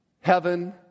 heaven